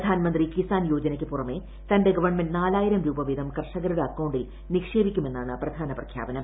പ്രധാനൻമന്ത്രി കിസാൻ യോജനയ്ക്ക് പുറമെ തന്റെ ഗവൺമെന്റ് നാലായിരം രൂപവീതം കർഷകരുടെ അക്കൌണ്ടിൽ നിക്ഷേപിക്കുമെന്നാണ് പ്രധാന പ്രഖ്യാപനം